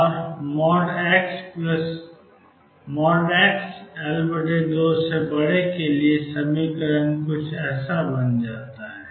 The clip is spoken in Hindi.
और xL2 के लिए समीकरण 22mψ0 हो जाता है